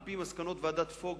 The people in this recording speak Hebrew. על-פי מסקנות ועדת-פוגל,